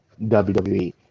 WWE